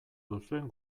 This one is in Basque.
duzuen